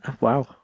wow